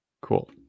cool